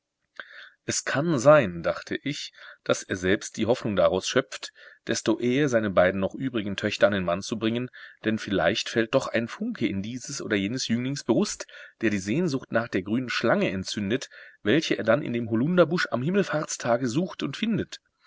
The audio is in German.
es kann sein dachte ich daß er selbst die hoffnung daraus schöpft desto eher seine beiden noch übrigen töchter an den mann zu bringen denn vielleicht fällt doch ein funke in dieses oder jenes jünglings brust der die sehnsucht nach der grünen schlange entzündet welche er dann in dem holunderbusch am himmelfahrtstage sucht und findet